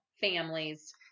families